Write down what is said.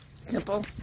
Simple